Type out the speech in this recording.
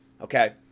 Okay